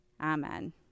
Amen